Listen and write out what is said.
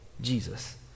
Jesus